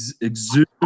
exude